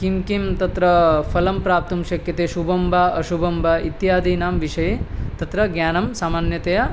किं किं तत्र फलं प्राप्तुं शक्यते शुभं वा अशुभं वा इत्यादीनां विषये तत्र ज्ञानं सामान्यतया